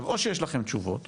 או שיש לכם תשובות